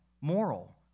moral